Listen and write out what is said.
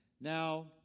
Now